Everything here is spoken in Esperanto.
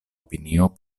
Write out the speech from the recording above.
opinio